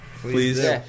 please